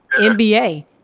NBA